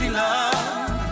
love